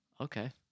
Okay